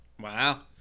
Wow